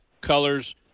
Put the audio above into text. colors